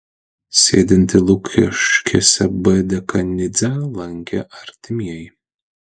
sėdintį lukiškėse b dekanidzę lankė artimieji